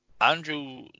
Andrew